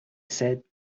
said